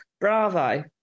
Bravo